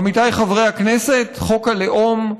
עמיתיי חברי הכנסת, חוק הלאום,